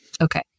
Okay